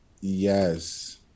Yes